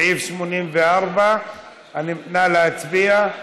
סעיף 84. נא להצביע.